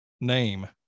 name